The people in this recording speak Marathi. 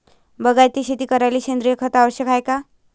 बागायती शेती करायले सेंद्रिय खत आवश्यक हाये का?